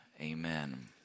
amen